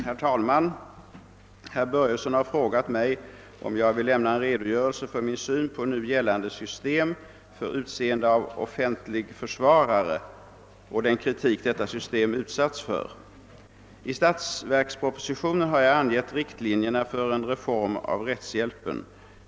Herr talman! Herr Börjesson har frågat mig, om jag vill lämna en redogörelse för min syn på nu gällande system för utseende av offentlig försvarare och den kritik detta system utsatts för. I statsverkspropositionen har jag angett riktlinjerna för en reform av rättshjälpen.